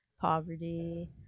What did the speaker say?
poverty